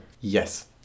Yes